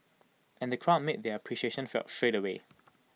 and the crowd made their appreciation felt straight away